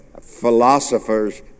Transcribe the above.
philosophers